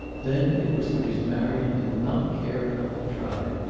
then it was because marion did not care enough to try.